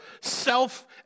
self